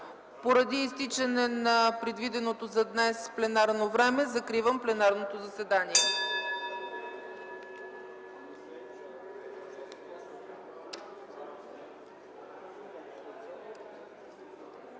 Поради изтичане на предвиденото за днес пленарно време, закривам пленарното заседание.